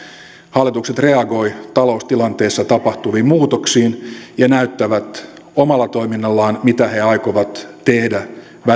hallitukset reagoivat taloustilanteessa tapahtuviin muutoksiin ja näyttävät omalla toiminnallaan mitä he aikovat tehdä